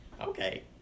Okay